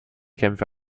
kämpfe